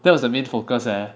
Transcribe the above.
that was the main focus leh